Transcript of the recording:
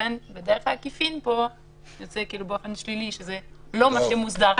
ואכן בדרך עקיפין פה יוצא כאילו באופן שלילי שזה לא מה שמוסדר כאן.